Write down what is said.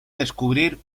descubrir